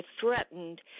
threatened